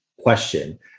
question